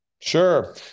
Sure